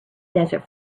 desert